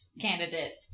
candidate